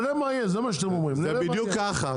זה מה שאתם אומרים, נראה מה יהיה.